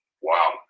Wow